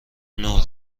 نور